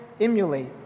emulate